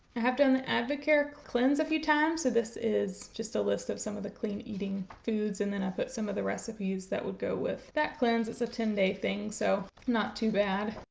i have done the advocare cleanse a few times so this is just a list of some of the clean eating foods and then i put some of the recipes that would go with that cleanse. it's a ten day thing so. not too bad.